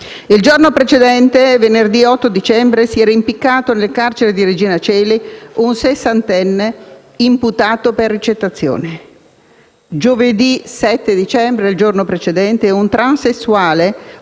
Il giorno precedente, venerdì 8 dicembre, si era impiccato nel carcere di Regina Coeli un sessantenne imputato per ricettazione. Giovedì 7 dicembre (il giorno precedente) una transessuale